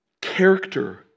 character